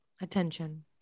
attention